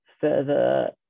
further